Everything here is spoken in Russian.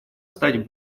стать